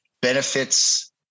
benefits